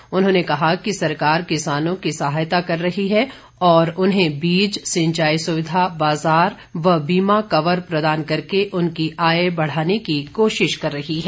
प्रधानमंत्री ने कहा कि अब सरकार किसानों की सहायता कर रही है और उन्हें बीज सिंचाई सुविधा बाजार और बीमा कवर प्रदान करके उनकी आय बढ़ाने की कोशिश कर रही है